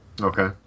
Okay